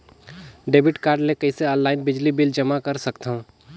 Debit card ले कइसे online बिजली बिल जमा कर सकथव?